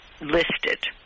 listed